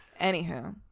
anywho